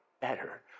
better